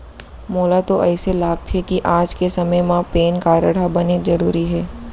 मोला तो अइसे लागथे कि आज के समे म पेन कारड ह बनेच जरूरी हे